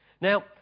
Now